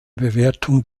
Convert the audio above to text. bewertung